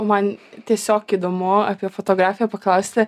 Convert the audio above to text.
man tiesiog įdomu apie fotografiją paklausti